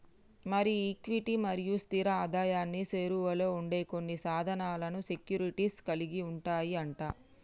మరి ఈక్విటీలు మరియు స్థిర ఆదాయానికి సేరువలో ఉండే కొన్ని సాధనాలను సెక్యూరిటీస్ కలిగి ఉంటాయి అంట